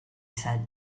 said